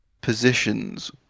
positions